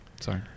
Sorry